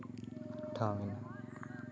ᱴᱷᱟᱶ ᱮᱱᱟ